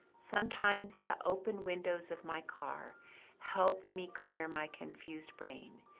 sometimes the open windows of my car helped me clear my confused brain.